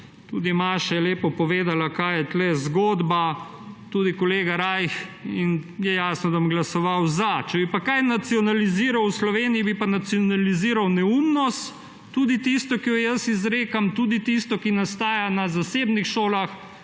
tudi Maša je lepo povedala, kaj je tu zgodba, tudi kolega Rajh. Jasno je, da bom glasoval za. Če bi pa kaj nacionaliziral v Sloveniji, bi pa nacionaliziral neumnost, tudi tisto, ki jo jaz izrekam, tudi tisto, ki nastaja na zasebnih šolah,